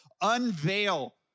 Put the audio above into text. Unveil